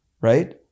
right